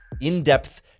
in-depth